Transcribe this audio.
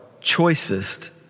choicest